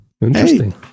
Interesting